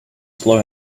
slow